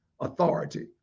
authority